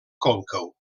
còncau